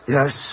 Yes